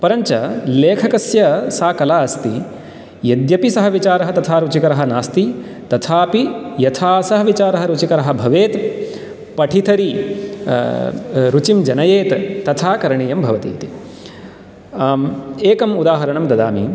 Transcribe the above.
परञ्च लेखकस्य सा कला अस्ति यद्यपि सः विचारः तथा रुचिकरः नास्ति तथापि यथा सः विचारः रुचिकरः भवेत् पठिथरी रुचिं जनयेत् तथा करणीयं भवति इति एकम् उदाहरणं ददामि